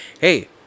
hey